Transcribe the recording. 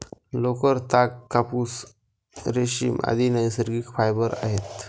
लोकर, ताग, कापूस, रेशीम, आदि नैसर्गिक फायबर आहेत